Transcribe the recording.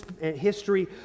history